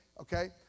okay